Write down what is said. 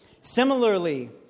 Similarly